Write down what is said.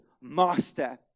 Master